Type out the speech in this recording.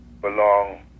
belong